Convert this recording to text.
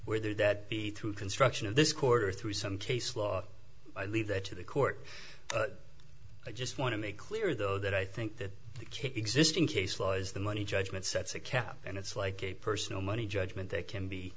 whether that be through construction of this quarter through some case law i leave that to the court i just want to make clear though that i think that the case existing case law is the money judgment sets a cap and it's like a personal money judgment that can be